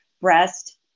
breast